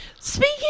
Speaking